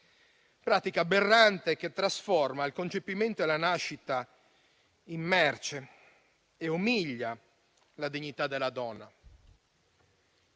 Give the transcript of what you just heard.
pratica aberrante, che trasforma il concepimento e la nascita in merce e umilia la dignità della donna,